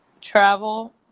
travel